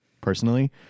personally